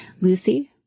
Lucy